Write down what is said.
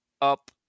up